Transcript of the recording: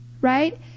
right